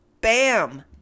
bam